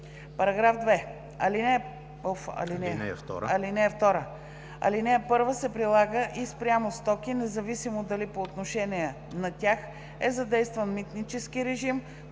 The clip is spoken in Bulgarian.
г.). (2) Алинея 1 се прилага и спрямо стоки, независимо дали по отношение на тях е задействан митнически режим,